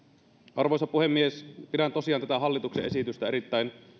arvoisa puhemies pidän tosiaan tätä hallituksen esitystä erittäin